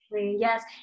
Yes